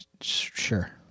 Sure